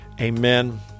Amen